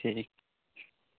ठीक